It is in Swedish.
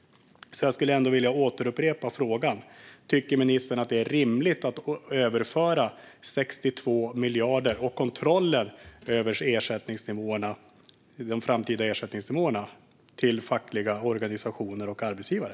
Därför upprepar jag min fråga: Tycker ministern att det är rimligt att överföra 62 miljarder och kontrollen över de framtida ersättningsnivåerna till fackliga organisationer och arbetsgivare?